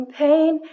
pain